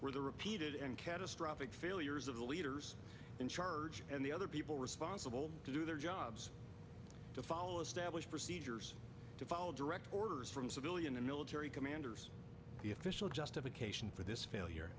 were the repeated and catastrophic failures of the leaders in charge and the other people responsible to do their jobs to follow established procedures to follow direct orders from civilian and military commanders the official justification for this failure